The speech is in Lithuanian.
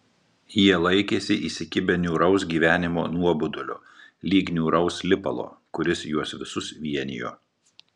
jie laikėsi įsikibę niūraus gyvenimo nuobodulio lyg niūraus lipalo kuris juos visus vienijo